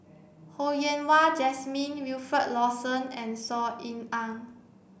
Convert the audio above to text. Ho Yen Wah Jesmine Wilfed Lawson and Saw Ean Ang